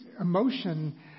emotion